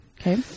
okay